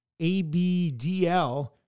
ABDL